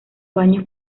baños